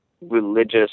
religious